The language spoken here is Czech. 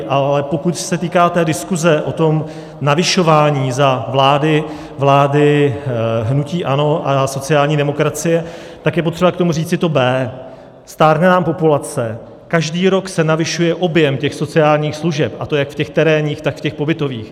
Ale pokud se týká té diskuse o tom navyšování za vlády hnutí ANO a sociální demokracie, tak je potřeba k tomu říci to B. Stárne nám populace, každý rok se navyšuje objem těch sociálních služeb, a to jak v těch terénních, tak v těch pobytových.